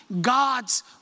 God's